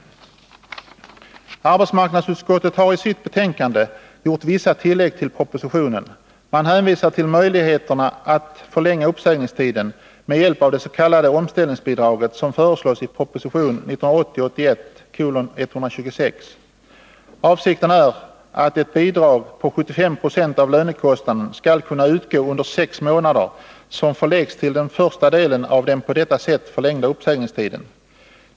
Arbetsmarknadsutskottet har i sitt betänkande gjort vissa tillägg till propositionen. Man hänvisar till möjligheterna att förlänga uppsägningstiden med hjälp av det s.k. omställningsbidraget som föreslås i proposition 1980/81:126. Avsikten är att ett bidrag på 75 20 av lönekostnaden skall kunna utgå under sex månader som förläggs till första delen av den på detta sätt förlängda uppsägningstiden.